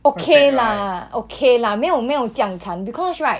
okay lah okay lah 没有没有这样惨 because right